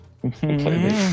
completely